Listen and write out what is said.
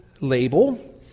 label